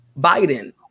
Biden